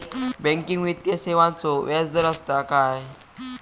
Banking वित्तीय सेवाचो व्याजदर असता काय?